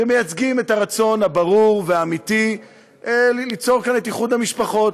שמייצגים את הרצון הברור והאמיתי ליצור כאן את איחוד המשפחות.